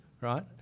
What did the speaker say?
right